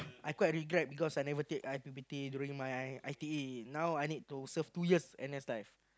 I quite regret because I never take I_P_P_T during my I I_T_E now I need to serve two years N_S time